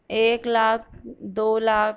ایک لاکھ دو لاکھ